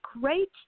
great